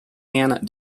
man